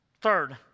Third